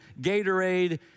Gatorade